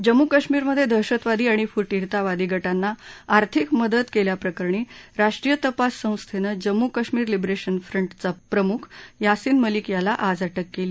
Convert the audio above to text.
जम्मू कश्मीरमध्ये दहशतवादी आणि फुटीरतावादी गटांना आर्थिक मदत केल्याप्रकरणी राष्ट्रीय तपास संस्थेनं जम्मू कश्मीर लिब्रेशन फ्रंटचा प्रमुख यासिन मलिक याला आज अटक केली